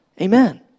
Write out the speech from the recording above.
Amen